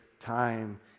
time